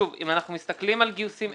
שוב אם אנחנו מסתכלים על גיוסים,